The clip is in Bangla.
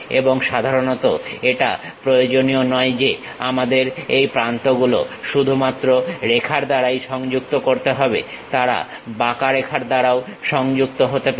এবং সাধারণত এটা প্রয়োজনীয় নয় যে আমাদের এই প্রান্ত বিন্দু গুলো শুধুমাত্র রেখার দ্বারাই সংযুক্ত করতে হবে তারা বাঁকা রেখার দ্বারাও সংযুক্ত হতে পারে